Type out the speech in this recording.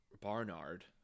Barnard